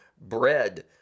bread